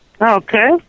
Okay